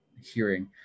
hearing